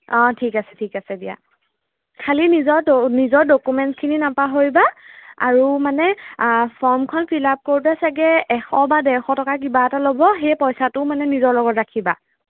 অঁ ঠিক আছে ঠিক আছে দিয়া খালি নিজৰ ড নিজৰ ডকুমেণ্টছখিনি নাপাহৰিবা আৰু মানে ফৰ্মখন ফিলাপ কৰোঁতে চাগে এশ বা দেৰশ টকা কিবা এটা ল'ব সেই পইচাটো মানে নিজৰ লগত ৰাখিবা